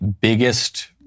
biggest